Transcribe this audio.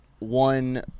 one